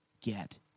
get